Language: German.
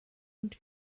und